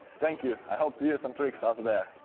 thank you! i hope to use some tricks also there!